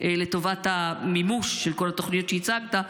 מתקצב תקנים לטובת המימוש של כל תוכנית שהצגת?